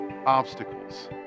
obstacles